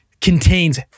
contains